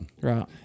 Right